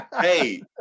hey